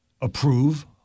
approve